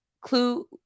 Clue